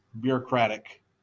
bureaucratic